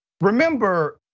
Remember